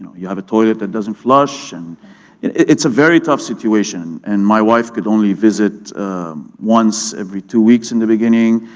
you have a toilet that doesn't flush, and it's a very tough situation. and my wife could only visit once every two weeks in the beginning,